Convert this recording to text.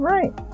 Right